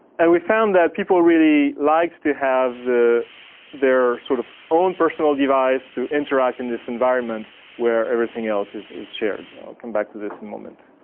and we found that people really like to have their sort of own personal device to interact in this environment where everything else is is shared. i'll come back to this in a moment.